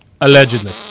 Allegedly